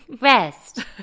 rest